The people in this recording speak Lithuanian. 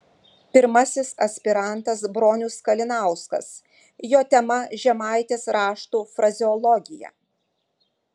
pirmasis aspirantas bronius kalinauskas jo tema žemaitės raštų frazeologija